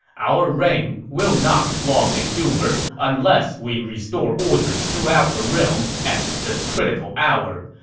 our reign will not long endure unless we restore order throughout the realm at this critical hour,